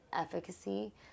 efficacy